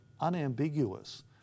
unambiguous